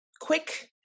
quick